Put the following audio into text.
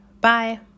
Bye